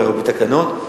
לרבות תקנות,